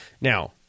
Now